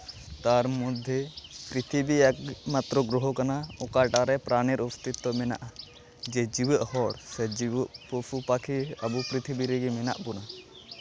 ᱛᱟᱨᱢᱚᱫᱽᱫᱷᱮ ᱯᱨᱤᱛᱷᱤᱵᱤ ᱮᱠ ᱢᱟᱛᱨᱚ ᱜᱨᱚᱦᱚ ᱠᱟᱱᱟ ᱚᱠᱟᱴᱟᱜ ᱨᱮ ᱯᱨᱟᱱᱮᱨ ᱚᱥᱛᱤᱛᱚ ᱢᱮᱱᱟᱜᱼᱟ ᱡᱮ ᱡᱮᱣᱭᱮᱫ ᱦᱚᱲ ᱥᱮ ᱡᱮᱣᱮᱫ ᱯᱚᱥᱩ ᱯᱟᱠᱷᱤ ᱟᱵᱚ ᱯᱨᱤᱛᱷᱤᱵᱤ ᱨᱮᱜᱮ ᱢᱮᱱᱟᱜ ᱵᱳᱱᱟ